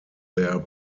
their